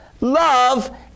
love